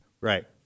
Right